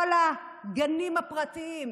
כל הגנים הפרטיים,